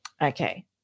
Okay